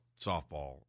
softball